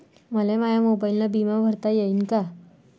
मले माया मोबाईलनं बिमा भरता येईन का?